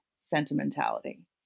sentimentality